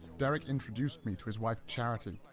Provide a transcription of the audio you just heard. derrick introduced me to his wife charity,